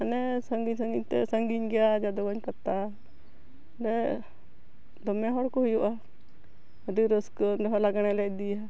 ᱦᱟᱱᱮ ᱥᱟᱺᱜᱤᱧ ᱥᱟᱺᱜᱤᱧ ᱛᱮ ᱥᱟᱺᱜᱤᱧ ᱜᱮᱭᱟ ᱡᱟᱫᱚᱵᱽᱜᱚᱡ ᱯᱟᱛᱟ ᱚᱸᱰᱮ ᱫᱚᱢᱮ ᱦᱚᱲ ᱠᱚ ᱦᱩᱭᱩᱜᱼᱟ ᱟᱹᱰᱤ ᱨᱟᱹᱠᱟᱹ ᱚᱸᱰᱮ ᱦᱚᱸ ᱞᱟᱜᱽᱬᱮ ᱤᱫᱤᱭᱟ